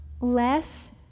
less